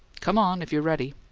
come on, if you're ready.